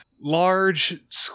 large